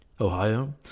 Ohio